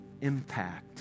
impact